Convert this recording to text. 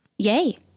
Yay